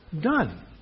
done